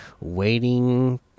waiting